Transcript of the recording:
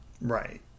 right